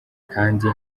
kandi